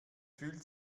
fühlt